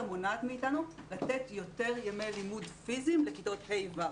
מונעת מאתנו לתת יותר ימי לימוד פיזיים לכיתות ה'-ו'.